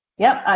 yep.